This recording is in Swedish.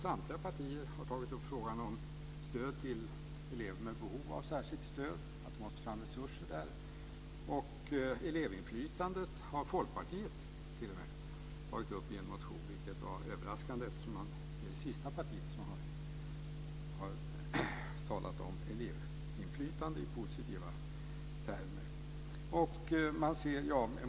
Samtliga partier har tagit upp att det måste fram resurser till stöd för elever med behov av särskilt stöd. Elevinflytandet har Folkpartiet t.o.m. tagit upp i en motion, vilket var överraskande eftersom det var det sista partiet som talat om elevinflytande i positiva termer.